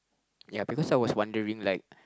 ya because I was wondering like